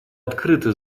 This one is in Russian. открыто